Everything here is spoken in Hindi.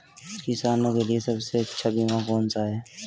किसानों के लिए सबसे अच्छा बीमा कौन सा है?